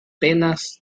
penas